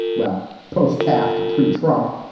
well, post taft, pre trump,